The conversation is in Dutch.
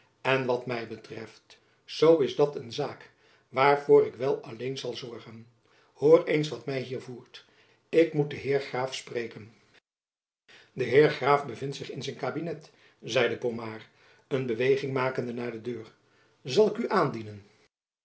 en wat my betreft zoo is dat een zaak waarvoor ik wel alleen zal zorgen hoor eens wat my hier voert ik moet den heer graaf spreken de heer graaf bevindt zich in zijn kabinet zeide pomard een beweging makende naar de deur zal ik u aandienen